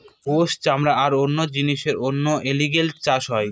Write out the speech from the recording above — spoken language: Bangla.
গোস, চামড়া আর অনেক জিনিসের জন্য এলিগেটের চাষ হয়